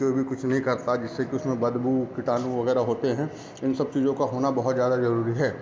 जो भी कुछ नहीं करता जिससे की उसमें बदबू कीटाणु वगैरह होते हैं इन सब चीज़ों का होना बहुत ज़्यादा ज़रूरी है